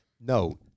no